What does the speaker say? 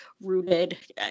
rooted